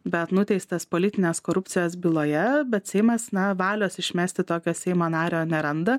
bet nuteistas politinės korupcijos byloje bet seimas na valios išmesti tokio seimo nario neranda